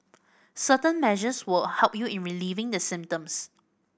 certain measures will help you in relieving the symptoms